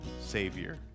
Savior